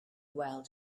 weld